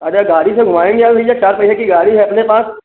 अरे गाड़ी से घुमाएँगे भैया चार पहिए की गाड़ी है अपने पास